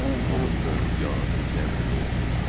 the woman turned, yawned, examined her nails.